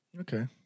Okay